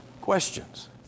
Questions